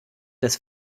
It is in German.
des